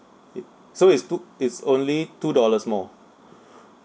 it so is two it's only two dollars more